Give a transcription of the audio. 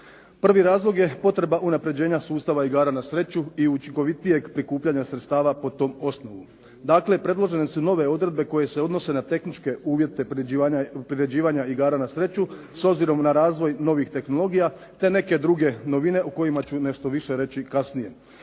Prvi razlog je potreba unapređenja sustava igara na sreću i učinkovitijeg prikupljanja sredstva po tom osnovu. Dakle, predložene su nove odredbe koje se odnose na tehničke uvjete priređivanja igara na sreću s obzirom na razvoj novih tehnologija te neke druge novine o kojima ću nešto više reći kasnije.